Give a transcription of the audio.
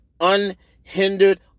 unhindered